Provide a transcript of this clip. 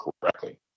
correctly